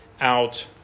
out